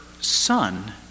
son